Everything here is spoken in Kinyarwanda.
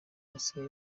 basigaye